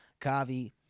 Cavi